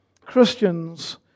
Christians